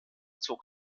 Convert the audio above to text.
zog